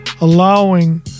allowing